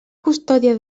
custòdia